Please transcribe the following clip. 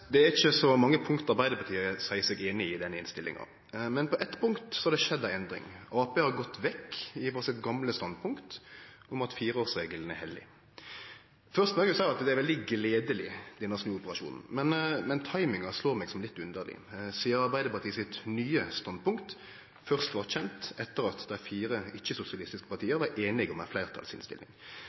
Det er ikkje så mange punkt Arbeidarpartiet seier seg einig i i denne innstillinga, men på eitt punkt har det skjedd ei endring. Arbeidarpartiet har gått vekk frå sitt gamle standpunkt om at fireårsregelen er heilag. Først må eg seie at denne snuoperasjonen er veldig gledeleg, men timinga slår meg som litt underleg, sidan Arbeidarpartiet sitt nye standpunkt først vart kjent etter at dei fire ikkje-sosialistiske partia vart einige om ei fleirtalsinnstilling.